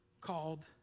called